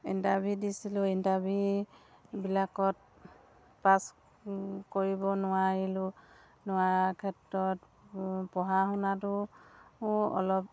interview দিছিলোঁ ইণ্টাৰভিউবিলাকত pass কৰিব নোৱাৰিলোঁ নোৱাৰাৰ ক্ষেত্ৰত পঢ়া শুনাতো অলপ